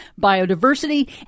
biodiversity